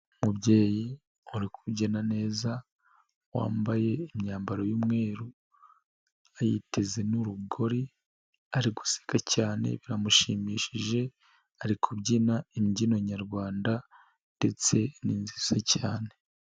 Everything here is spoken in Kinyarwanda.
Umubyeyi, uri kubyina neza, wambaye imyambaro y'umweru, ayiteze n'urugori ariguseka cyane biramushimishije, ari kubyina imbyino nyarwanda, ndetse ni nziza cyane.